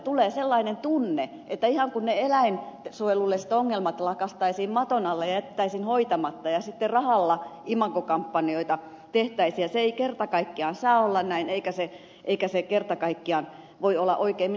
tulee sellainen tunne että ihan kuin ne eläinsuojelulliset ongelmat lakaistaisiin maton alle ja jätettäisiin hoitamatta ja sitten rahalla imagokampanjoita tehtäisiin ja se ei kerta kaikkiaan saa olla näin eikä se kerta kaikkiaan voi olla oikein